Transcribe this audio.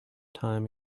time